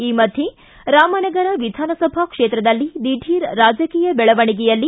ಈ ಮಧ್ಯೆ ರಾಮನಗರ ವಿಧಾನಸಭಾ ಕ್ಷೇತ್ರದಲ್ಲಿ ದಿಢೀರ್ ರಾಜಕೀಯ ಬೆಳವಣಿಗೆಯಲ್ಲಿ